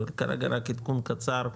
אבל כרגע רק עדכון קצר,